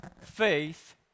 faith